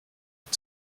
und